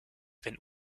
wenn